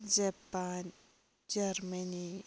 Japan Germany